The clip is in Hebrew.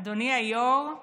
אדוני היו"ר,